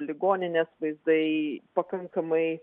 ligoninės vaizdai pakankamai